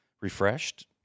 refreshed